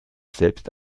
selbst